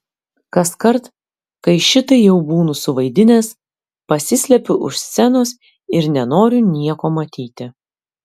kaskart kai šitai jau būnu suvaidinęs pasislepiu už scenos ir nenoriu nieko matyti